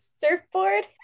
surfboard